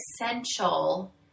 essential